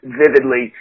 vividly